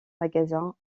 magasins